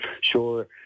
sure